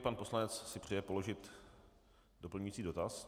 Pan poslanec si přeje položit doplňující dotaz.